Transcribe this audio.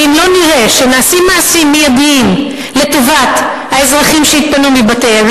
ואם לא נראה שנעשים מעשים מיידיים לטובת האזרחים שהתפנו מבתיהם,